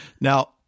Now